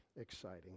exciting